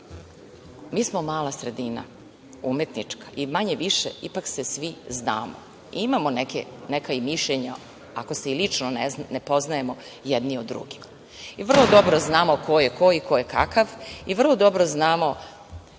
mi smo mala sredina umetnička i manje-više ipak se svi znamo. Imamo i neka mišljenja, ako se i lično ne poznajemo, jedni o drugima. Vrlo dobro znamo ko je ko i kakav, vrlo dobro znamo